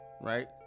right